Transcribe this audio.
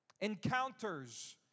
encounters